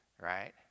right